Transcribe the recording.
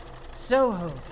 Soho